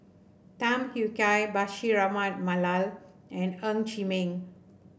Tham Yui Kai Bashir Ahmad Mallal and Ng Chee Meng